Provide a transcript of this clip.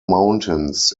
mountains